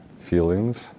feelings